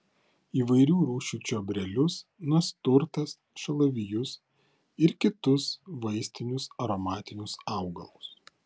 įvairių rūšių čiobrelius nasturtas šalavijus ir kitus vaistinius aromatinius augalus